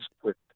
quick